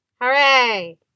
Hooray